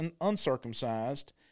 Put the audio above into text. uncircumcised